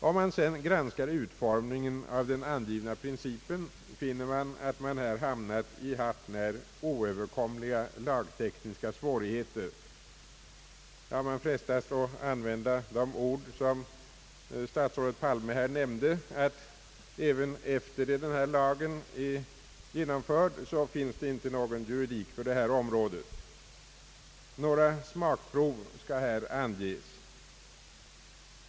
Om vi sedan granskar utformningen av den angivna principen, finner vi att man här hamnat i hart när oöverkomliga lagtekniska svårigheter, ja, vi kan frestas att använda de ord som statsrådet här nämnde, att även efter det att denna lag är genomförd, så finns det inte någon juridik på det här området! — Några smakprov skall här anges.